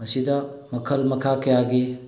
ꯃꯁꯤꯗ ꯃꯈꯜ ꯃꯈꯥ ꯀꯌꯥꯒꯤ